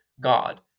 God